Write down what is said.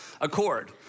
accord